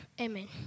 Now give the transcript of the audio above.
amen